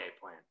plan